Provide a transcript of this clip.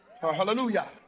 Hallelujah